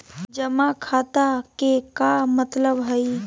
जमा खाता के का मतलब हई?